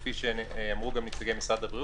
כפי שאמרו גם נציגי משרד הבריאות,